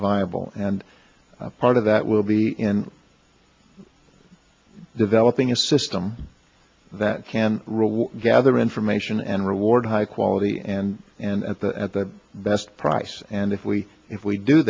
viable and part of that will be in developing a system that can gather information and reward high quality and and at the best price and if we if we do